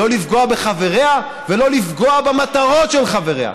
לא לפגוע בחבריה ולא לפגוע במטרות של חבריה.